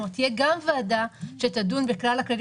כלומר, תהיה גם ועדה שתדון בכללים.